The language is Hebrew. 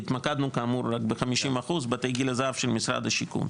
והתמקדנו כאמור ב-50% בתי גיל הזהב של משרד השיכון.